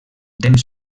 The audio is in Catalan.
temps